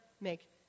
make